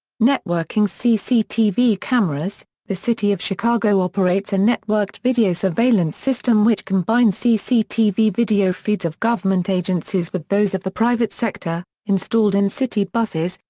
networking cctv cameras the city of chicago operates a networked video surveillance system which combines cctv video feeds of government agencies with those of the private sector, installed in city buses,